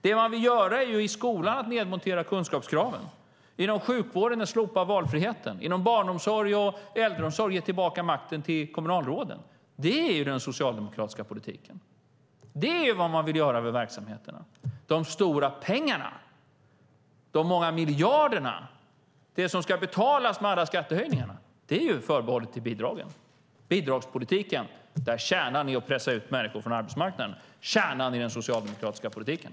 Det man vill göra i skolan är att nedmontera kunskapskraven. Inom sjukvården vill man slopa valfriheten. Inom barnomsorg och äldreomsorg vill man ge tillbaka makten till kommunalråden. Det är den socialdemokratiska politiken. Det är vad man vill göra med verksamheterna. De stora pengarna, de många miljarderna som ska betalas med alla skattehöjningar är förbehållna bidragspolitiken där kärnan är att pressa ut människor från arbetsmarknaden. Det är kärnan i den socialdemokratiska politiken.